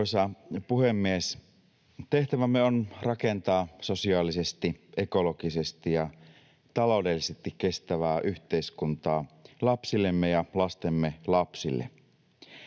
Arvoisa puhemies! Tehtävämme on rakentaa sosiaalisesti, ekologisesti ja taloudellisesti kestävää yhteiskuntaa lapsillemme ja lastemme lapsille.